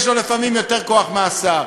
יש לו לפעמים יותר כוח מלשר,